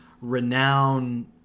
renowned